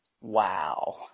Wow